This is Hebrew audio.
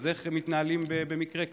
אז איך מתנהלים במקרה כזה?